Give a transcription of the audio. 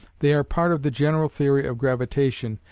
they are part of the general theory of gravitation,